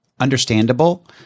understandable